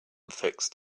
fixed